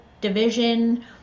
division